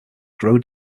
gros